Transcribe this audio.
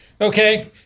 Okay